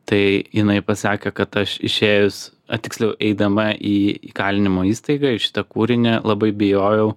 tai jinai pasakė kad aš išėjus tiksliau eidama į įkalinimo įstaigą į šitą kūrinį labai bijojau